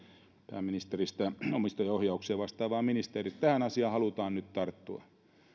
pääministeristä omistajaohjauksesta vastaavaan ministeriin että tähän asiaan halutaan nyt tarttua